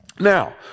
Now